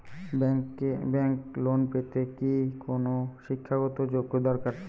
Bank loan পেতে কি কোনো শিক্ষা গত যোগ্য দরকার?